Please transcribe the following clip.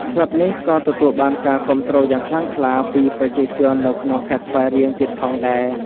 ក្លឹបនេះក៏ទទួលបានការគាំទ្រយ៉ាងខ្លាំងក្លាពីប្រជាជននៅក្នុងខេត្តស្វាយរៀងទៀតផងដែរ។